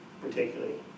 particularly